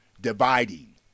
dividing